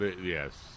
Yes